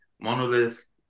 monolith